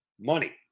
money